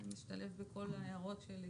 זה משתלב בכל ההערות.